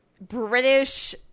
British